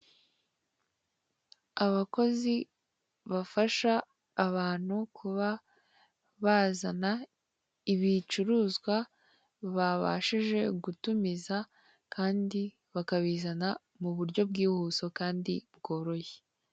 Abakozi bafasha abantu kuba bazana ibicuruzwa babashije gutumiza kandi bakabizana mu buryo bwihuse kandi bworoshye.